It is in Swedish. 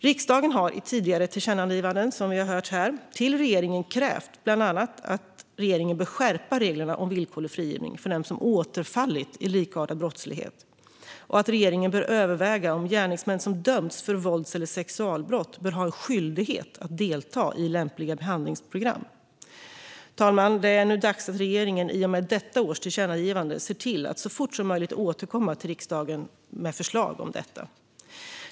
Riksdagen har i tidigare tillkännagivanden till regeringen krävt bland annat att regeringen ska skärpa reglerna om villkorlig frigivning för dem som återfallit i likartad brottslighet och att regeringen ska överväga om gärningsmän som dömts för vålds eller sexualbrott bör ha en skyldighet att delta i lämpliga behandlingsprogram. Det är nu dags att regeringen i och med detta års tillkännagivande ser till att så fort som möjligt återkomma till riksdagen med förslag om detta.